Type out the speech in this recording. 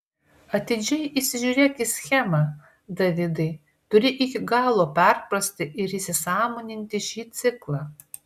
atidžiai įsižiūrėk į schemą davidai turi iki galo perprasti ir įsisąmoninti šį ciklą